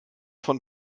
von